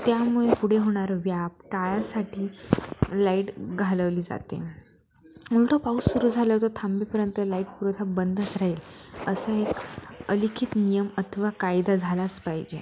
त्यामुळे पुढे होणार व्याप टाळायसाठी लाईट घालवली जाते मोठं पाऊस सुरू झालं तर थांबेपर्यंत लाईट पुरवठा बंदच राहील असा एक अलिखित नियम अथवा कायदा झालाच पाहिजे